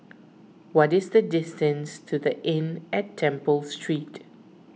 what is the distance to the Inn at Temple Street